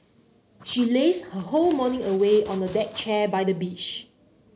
she lazed her whole morning away on a deck chair by the beach